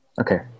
okay